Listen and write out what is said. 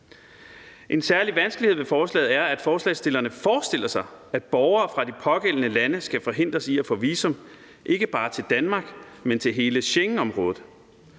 En særlig vanskelighed ved forslaget er, at forslagsstillerne forestiller sig, at borgere fra de pågældende lande skal forhindres i at få visum, ikke bare til Danmark, men til hele Schengenområdet.